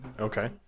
Okay